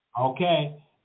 Okay